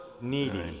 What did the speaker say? Needy